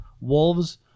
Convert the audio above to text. wolves